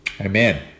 Amen